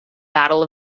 battle